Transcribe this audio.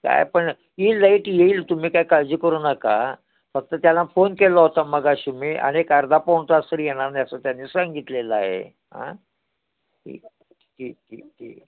काय पण ईल लाईट येईल तुम्ही काय काळजी करू नका फक्त त्याला फोन केला होता मगाशी मी आणि एक अर्धा पाऊण तास तरी येणार नाही असं त्यांनी सांगितलेलं आहे हां ठीक ठीक ठीक ठीक